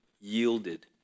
yielded